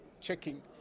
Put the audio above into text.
checking